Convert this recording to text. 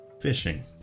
fishing